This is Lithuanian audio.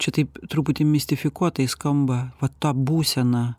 čia taip truputį mistifikuotai skamba vat ta būsena